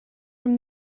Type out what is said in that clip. from